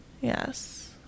Yes